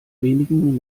wenigen